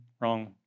wrong